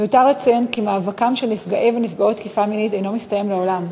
מיותר לציין כי מאבקם של נפגעי ונפגעות תקיפה מינית אינו מסתיים לעולם.